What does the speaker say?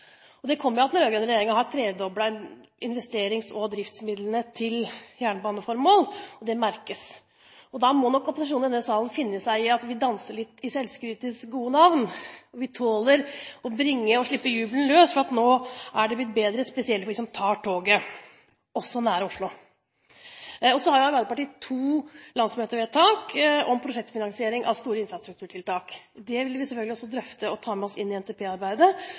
siden. Det kommer av at den rød-grønne regjeringen har tredoblet investerings- og driftsmidlene til jernbaneformål. Det merkes. Da må nok opposisjonen i denne salen finne seg i at vi danser litt, i selvskrytets gode navn. Vi tåler å slippe løs jubelen for at det nå er blitt bedre, spesielt vi som tar toget nær Oslo. Arbeiderpartiet har to landsmøtevedtak om prosjektfinansiering av store infrastrukturtiltak. Det vil vi selvfølgelig drøfte og ta med oss inn i